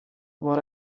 what